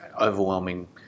overwhelming